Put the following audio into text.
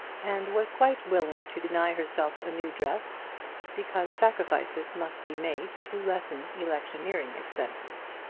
and was quite willing to deny herself a new dress because sacrifices must be made to lessen electioneering expenses.